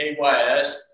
KYS